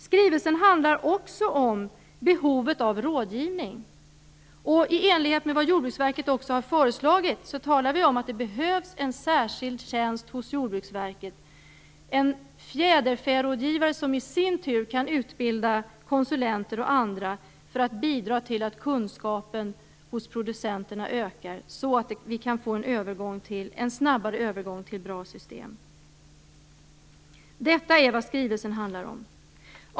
Skrivelsen handlar också om behovet av rådgivning. Och i enlighet med vad Jordbruksverket också har föreslagit talar vi om att det behövs en särskild tjänst hos Jordbruksverket, en fjäderfärådgivare som i sin tur kan utbilda konsulenter och andra för att bidra till att kunskapen hos producenterna ökar, så att vi kan få en snabbare övergång till ett bra system. Detta är vad skrivelsen handlar om.